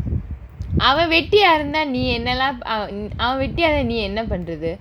அவன் வெட்டியா இருந்தா நீ என்னலப்~ அவ அவன் வெட்டியாக நீ என்ன பண்றது:avan vettiyaa iruntha nee ennalap~ ava avan vettiyaaga nee enna pandrathu